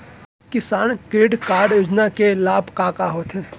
किसान credit card योजना के लाभ का का होथे?